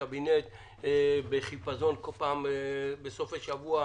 שההחלטות שהקבינט מקבל בסופי שבוע,